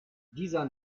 dieser